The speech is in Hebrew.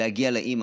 להגיע לאימא,